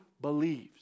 believes